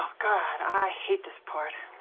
god. i hate this part.